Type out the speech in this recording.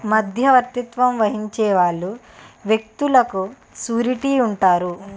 మధ్యవర్తిత్వం వహించే వాళ్ళు వ్యక్తులకు సూరిటీ ఉంటారు